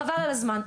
חבל על הזמן.